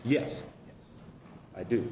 yes i do